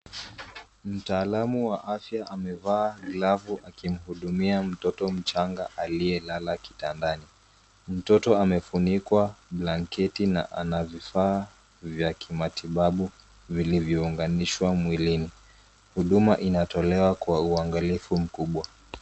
Mtaalamu wa afya amevaa glavu akimhudumia mtoto mchanga aliyelala kitandani. Mtoto amefunikwa blanketi na ana vifaa vya kimatibabu vilivyounganishwa mwilini. Huduma inatolewa kwa uangalifu mkubwa.